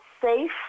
safe